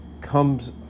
comes